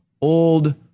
old